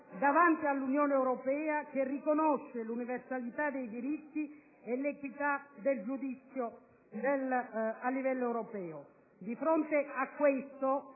e all'Unione europea, che riconosce l'universalità dei diritti e l'equità del giudizio a livello europeo. Di fronte a ciò